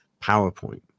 PowerPoint